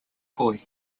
boy